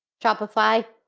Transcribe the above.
shopify,